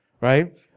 right